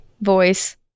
voice